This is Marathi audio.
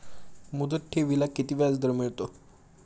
मुदत ठेवीला किती व्याजदर मिळतो?